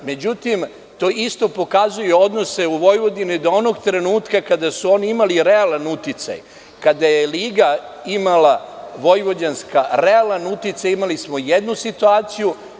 Međutim, to isto pokazuje odnose u Vojvodini da onog trenutka kada su oni imali realan uticaj, kada je liga imala realan uticaj i tada smo imali jednu situaciju.